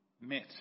met